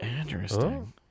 interesting